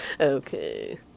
okay